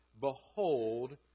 behold